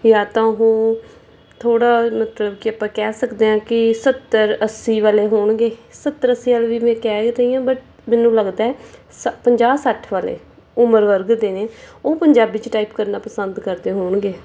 ਜਾਂ ਤਾਂ ਉਹ ਥੋੜ੍ਹਾ ਮਤਲਬ ਕਿ ਆਪਾਂ ਕਹਿ ਸਕਦੇ ਹਾਂ ਕਿ ਸੱਤਰ ਅੱਸੀ ਵਾਲੇ ਹੋਣਗੇ ਸੱਤਰ ਅੱਸੀ ਵਾਲੇ ਵੀ ਮੈਂ ਕਹਿ ਹੀ ਰਹੀ ਹਾਂ ਬਟ ਮੈਨੂੰ ਲੱਗਦਾ ਪੰਜਾਹ ਸੱਠ ਵਾਲੇ ਉਮਰ ਵਰਗ ਦੇ ਨੇ ਉਹ ਪੰਜਾਬੀ 'ਚ ਟਾਈਪ ਕਰਨਾ ਪਸੰਦ ਕਰਦੇ ਹੋਣਗੇ